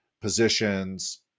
positions